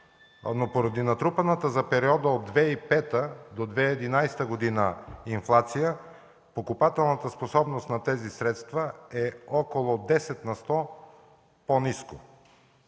но поради натрупаната за периода от 2005 г. до 2011 г. инфлация покупателната способност на тези средства е около 10 на сто по-ниска.